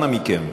אנא מכם,